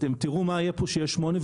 ואתם תראו מה יקרה פה כשהריבית תהיה 8%,